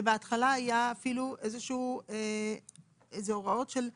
בהתחלה היו הוראות של התאמות.